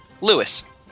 Lewis